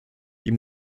ihm